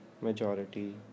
Majority